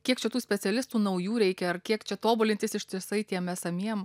kiek čia tų specialistų naujų reikia ar kiek čia tobulintis ištisai tiem esamiem